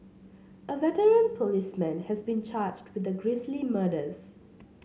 a veteran policeman has been charged with the grisly murders